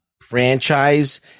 franchise